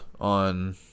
on